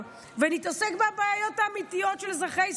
ונתעסק בבעיות האמיתיות של אזרחי ישראל?